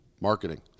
marketing